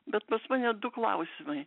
bet pas mane du klausimai